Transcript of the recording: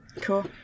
Cool